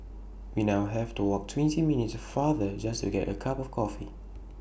we now have to walk twenty minutes farther just to get A cup of coffee